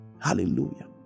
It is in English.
Hallelujah